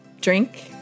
Drink